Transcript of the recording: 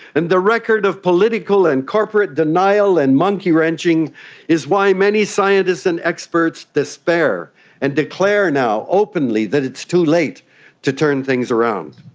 and the record of political and corporate denial and monkeywrenching is why many scientists and experts despair and declare now openly that it's too late to turn things around.